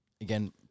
Again